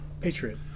Patriot